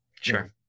sure